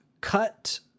cut